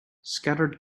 scattered